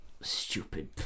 Stupid